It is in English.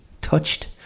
touched